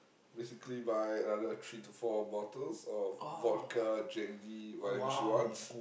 basically buy another three to four bottles of vodka Jack-D whatever she wants